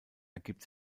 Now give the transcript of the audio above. ergibt